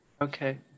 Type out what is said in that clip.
Okay